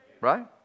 Right